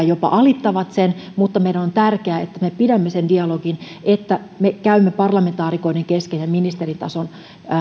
jopa alittavat sen on tärkeää että me pidämme sen dialogin että me käymme parlamentaarikoiden kesken ja ministeritasolla